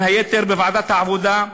בין היתר, בוועדת העבודה,